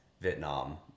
Vietnam